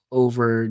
over